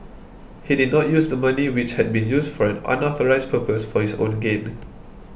he did not use the money which had been used for an unauthorised purpose for his own gain